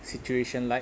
situation like